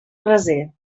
braser